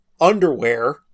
underwear